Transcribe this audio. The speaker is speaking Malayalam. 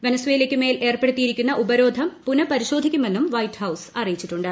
വെനസ്വേലയ്ക്ക് മേൽ ഏർപ്പെടുത്തിയിരിക്കുന്ന ഉപരോധം പുനഃപരിശോധിക്കുമെന്നും വൈറ്റ് ഹൌസ് അറിയിച്ചിട്ടുണ്ട്